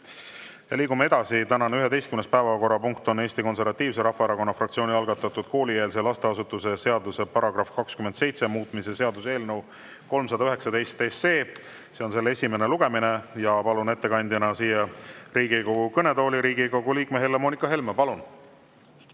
Liigume edasi. Tänane 11. päevakorrapunkt on Eesti Konservatiivse Rahvaerakonna fraktsiooni algatatud koolieelse lasteasutuse seaduse § 27 muutmise seaduse eelnõu 319 esimene lugemine. Ja ma palun ettekandeks siia Riigikogu kõnetooli Riigikogu liikme Helle-Moonika Helme. Palun!